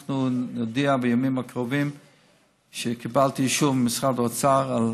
אנחנו נודיע, שקיבלתי אישור ממשרד האוצר על